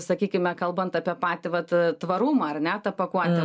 sakykime kalbant apie patį vat tvarumą ar ne tą pakuotę